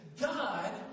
God